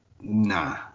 nah